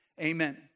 Amen